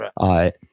Right